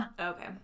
Okay